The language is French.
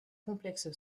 complexe